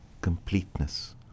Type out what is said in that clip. completeness